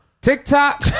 TikTok